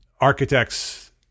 architects